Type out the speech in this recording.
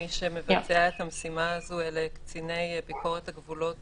מי שמבצע את המשימה הזאת אלה קציני ביקורת הגבולות